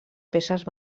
peces